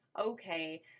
okay